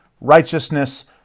righteousness